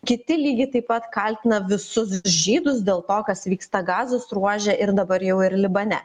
kiti lygiai taip pat kaltina visus žydus dėl to kas vyksta gazos ruože ir dabar jau ir libane